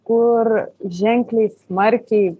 kur ženkliai smarkiai